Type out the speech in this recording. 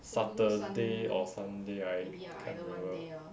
saturday or sunday right can't remember